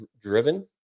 driven